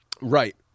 right